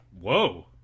Whoa